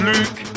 Luke